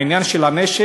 העניין של הנשק,